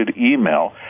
email